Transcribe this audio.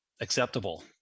acceptable